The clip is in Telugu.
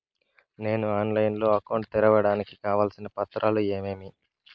నేను ఆన్లైన్ లో అకౌంట్ తెరవడానికి కావాల్సిన పత్రాలు ఏమేమి?